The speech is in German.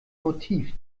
motiv